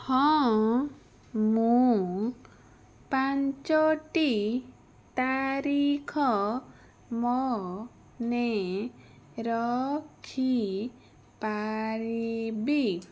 ହଁ ମୁଁ ପାଞ୍ଚଟି ତାରିଖ ମନେ ରଖି ପାରିବି